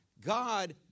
God